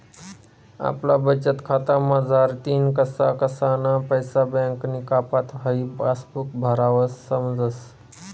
आपला बचतखाता मझारतीन कसा कसाना पैसा बँकनी कापात हाई पासबुक भरावर समजस